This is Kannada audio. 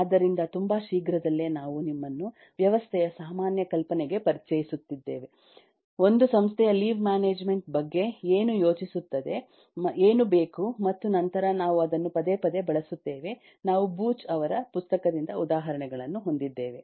ಆದ್ದರಿಂದ ತುಂಬಾ ಶೀಘ್ರದಲ್ಲೇ ನಾವು ನಿಮ್ಮನ್ನು ವ್ಯವಸ್ಥೆಯ ಸಾಮಾನ್ಯ ಕಲ್ಪನೆಗೆ ಪರಿಚಯಿಸುತ್ತೇವೆ ಒಂದು ಸಂಸ್ಥೆಯ ಲೀವ್ ಮ್ಯಾನೇಜ್ಮೆಂಟ್ ಬಗ್ಗೆ ಏನು ಯೋಚಿಸುತ್ತದೆ ಏನು ಬೇಕು ಮತ್ತು ನಂತರ ನಾವು ಅದನ್ನು ಪದೇ ಪದೇ ಬಳಸುತ್ತೇವೆ ನಾವು ಬೂಚ್ ಅವರ ಪುಸ್ತಕದಿಂದ ಉದಾಹರಣೆಗಳನ್ನು ಹೊಂದಿದ್ದೇವೆ